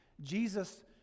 Jesus